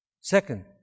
Second